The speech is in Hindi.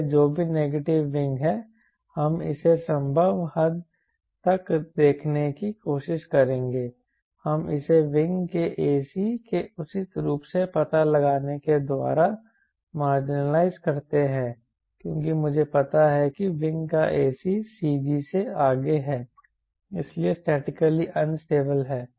इसलिए जो भी नेगेटिव Cmac विंग है हम इसे संभव हद तक देखने की कोशिश करेंगे हम इसे विंग के ac के उचित रूप से पता लगाने के द्वारा मार्जिनलाइज करते हैं क्योंकि मुझे पता है कि विंग का ac CG से आगे है इसलिए स्टैटिकली अनस्टेबल है